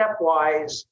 stepwise